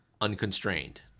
unconstrained